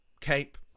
Cape